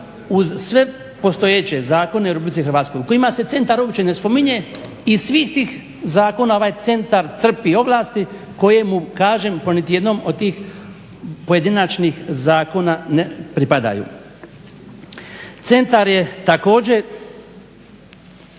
uz sve postojeće zakone u Republici Hrvatskoj kojima se centar uopće ne spominje iz svih tih zakona ovaj centar crpi ovlasti koje mu kažem po niti jednom od tih pojedinačnih zakona ne pripadaju. Centar je također